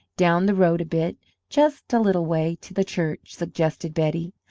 down the road a bit just a little way to the church, suggested betty.